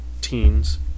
teens